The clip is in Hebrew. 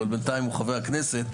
אבל בינתיים הוא חבר כנסת,